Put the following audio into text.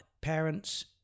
parents